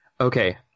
Okay